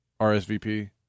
RSVP